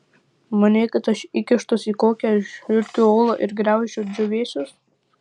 manei kad aš įkištas į kokią žiurkių olą ir graužiu džiūvėsius